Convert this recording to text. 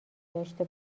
داشته